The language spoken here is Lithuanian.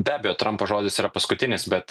be abejo trampo žodis yra paskutinis bet